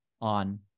on